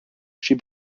she